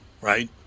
right